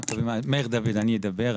אני אדבר,